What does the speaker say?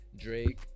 Drake